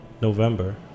November